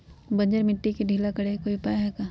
बंजर मिट्टी के ढीला करेके कोई उपाय है का?